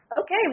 Okay